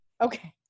Okay